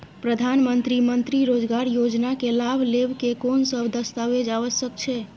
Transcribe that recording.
प्रधानमंत्री मंत्री रोजगार योजना के लाभ लेव के कोन सब दस्तावेज आवश्यक छै?